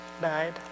died